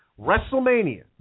WrestleMania